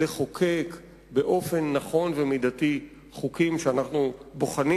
לחוקק באופן נכון ומידתי חוקים שאנחנו בוחנים